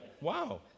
Wow